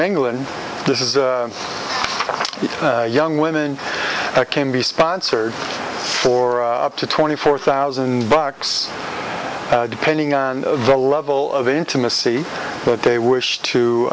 england this is the young women came be sponsored for up to twenty four thousand bucks depending on the level of intimacy but they wish to